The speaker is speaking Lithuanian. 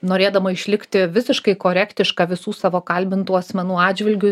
norėdama išlikti visiškai korektiška visų savo kalbintų asmenų atžvilgiu